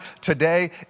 today